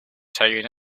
taken